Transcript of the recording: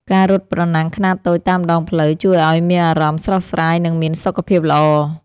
ការរត់ប្រណាំងខ្នាតតូចតាមដងផ្លូវ ជួយឱ្យមានអារម្មណ៍ស្រស់ស្រាយ និងមានសុខភាពល្អ។